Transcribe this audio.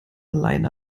allein